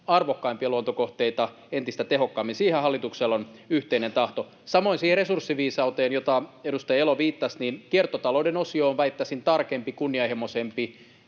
arvokkaimpia luontokohteita entistä tehokkaammin. Siihen hallituksella on yhteinen tahto. Samoin siihen resurssiviisauteen, johon edustaja Elo viittasi: Kiertotalouden osio on, väittäisin, tarkempi ja kunnianhimoisempi